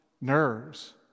nerves